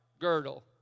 girdle